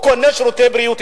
הוא קונה יותר שירותי בריאות.